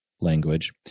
language